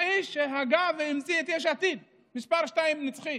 האיש שהגה והמציא את יש עתיד, מס' 2 נצחי.